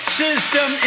system